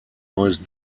neues